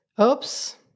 Oops